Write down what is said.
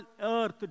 earth